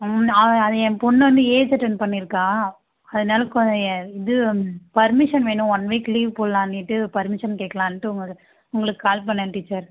அது ஏ பொண்ணு வந்து ஏஜ் அட்டன் பண்ணியிருக்கா அதனால இது பெர்மிஸன் வேணும் ஒன் வீக் லீவ் போடலானீட்டு பெர்மிஸன் கேட்கலான்ட்டு உங்களுக்கு உங்களுக்கு கால் பண்ணிணேன் டீச்சர்